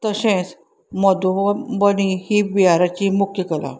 तशेंच मधुबनी ही बिहाराची मुख्य कला